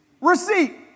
receipt